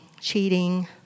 cheating